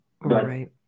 Right